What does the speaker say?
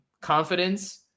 confidence